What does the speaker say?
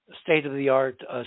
state-of-the-art